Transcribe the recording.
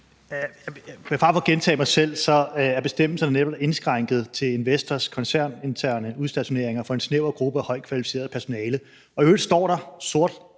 Med fare for at gentage mig selv er bestemmelserne netop indskrænket til investors koncerninterne udstationeringer for en snæver gruppe af højt kvalificeret personale. I øvrigt står der sort